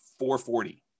440